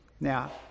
Now